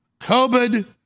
COVID